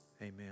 amen